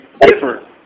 different